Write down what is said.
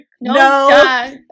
No